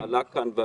זה עלה כאן.